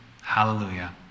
Hallelujah